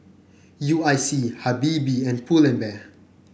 U I C Habibie and Pull and Bear